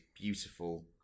beautiful